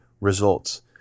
results